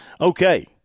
Okay